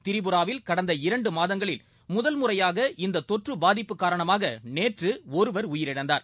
திரிபுராவில் கடந்த இரண்டு மாதங்களில் முதல் முறையாக இந்த தொற்று பாதிப்பு காரணமாக நேற்று ஒருவர் உயிரிழந்தார்